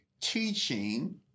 teaching